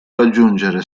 raggiungere